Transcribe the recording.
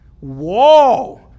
whoa